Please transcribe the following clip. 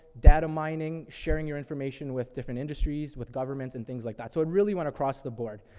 data mining, sharing your information with different industries, with governments and things like that. so it really went across the board.